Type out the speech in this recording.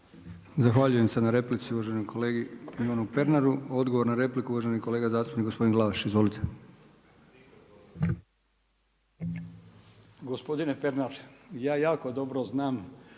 Zahvaljujem se na replici uvaženom kolegi Ivanu Pernaru. Odgovor na repliku, uvaženi kolega zastupnik gospodin Glavaš. Izvolite.